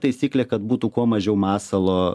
taisyklė kad būtų kuo mažiau masalo